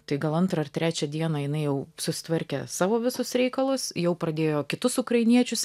tai gal antrą ar trečią dieną jinai jau susitvarkė savo visus reikalus jau pradėjo kitus ukrainiečius